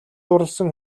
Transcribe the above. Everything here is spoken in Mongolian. дурласан